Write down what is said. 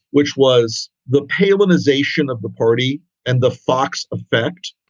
which was the palin ization of the party and the fox effect.